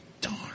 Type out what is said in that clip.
Darn